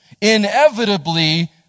inevitably